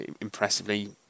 impressively